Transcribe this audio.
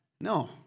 No